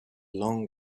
long